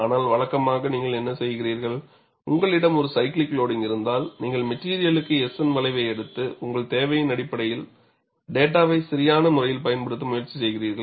ஆனால் வழக்கமாக நீங்கள் என்ன செய்கிறீர்கள் உங்களிடம் ஒரு சைக்லிக் லோடிங்க் இருந்தால் நீங்கள் மெட்டிரியலுக்கு S N வளைவை எடுத்து உங்கள் தேவையின் அடிப்படையில் டேட்டாவை சரியான முறையில் பயன்படுத்த முயற்சி செய்கிறீர்கள்